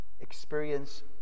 experience